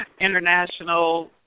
International